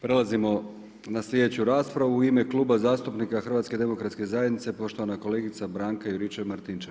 Prelazimo na sljedeću raspravu u ime Kluba zastupnika Hrvatske demokratske zajednice poštovana kolegica Branka Juričev Martinčev.